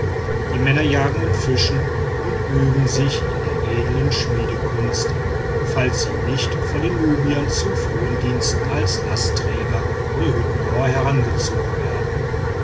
die männer jagen und fischen und üben sich in der edeln schmiedekunst falls sie nicht von den nubiern zu frondiensten als lastträger oder hüttenbauer herangezogen werden